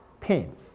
pain